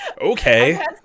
Okay